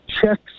checks